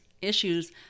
issues